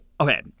Okay